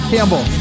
Campbell